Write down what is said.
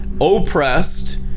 oppressed